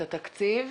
התקציב.